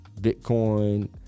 Bitcoin